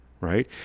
right